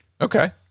Okay